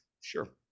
sure